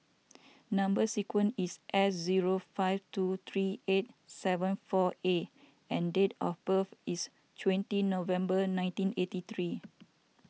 Number Sequence is S zero five two three eight seven four A and date of birth is twenty November nineteen eighty three